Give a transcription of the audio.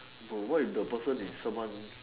no what if the person is someone